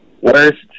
Worst